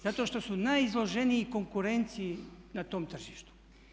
Zato što su najizloženiji konkurenciji na tom tržištu.